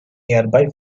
nearby